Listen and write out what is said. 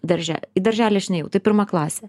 darže į darželį aš nėjau tai pirma klasė